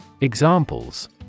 Examples